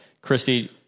Christy